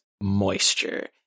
moisture